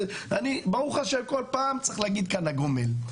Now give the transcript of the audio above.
אני, ברוך השם, כל פעם צריך להגיד כאן הגומל.